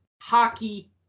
hockey